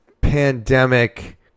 pandemic